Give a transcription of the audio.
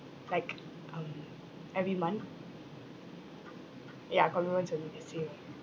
like um every month ya commitments will be the same ah